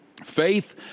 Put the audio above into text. Faith